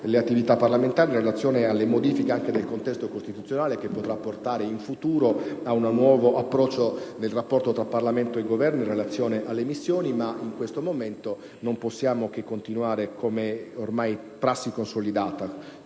le attività parlamentari, in relazione anche alle modifiche del contesto costituzionale, che potranno portare in futuro ad un nuovo approccio nel rapporto tra Parlamento e Governo in relazione alle missioni. Tuttavia in questo momento non possiamo che continuare com'è ormai prassi consolidata: